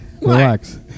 relax